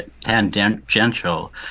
tangential